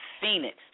Phoenix